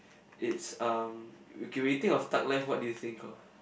it's um K when you think of thug life what do you think of